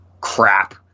crap